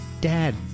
dad